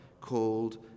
called